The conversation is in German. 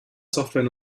software